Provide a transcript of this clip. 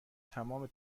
تمام